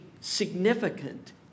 significant